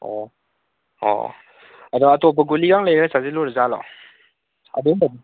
ꯑꯣ ꯑꯣ ꯑꯗꯣ ꯑꯇꯣꯞꯄ ꯒꯨꯂꯤ ꯌꯥꯝ ꯂꯩꯔ ꯆꯥꯁꯤꯜꯂꯨꯔꯖꯥꯠꯂꯣ